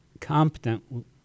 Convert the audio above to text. competent